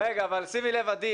רם שפע (יו"ר ועדת החינוך,